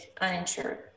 uninsured